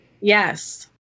Yes